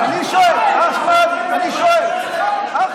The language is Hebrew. אחמד, אני שואל, לא רוצה לשמוע אותך.